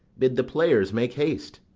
bid the players make haste.